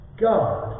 God